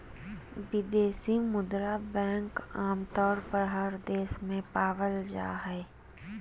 विदेशी मुद्रा बैंक आमतौर पर हर देश में पावल जा हय